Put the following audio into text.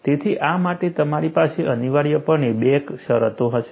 તેથી આ માટે તમારી પાસે અનિવાર્યપણે 2 શરતો હશે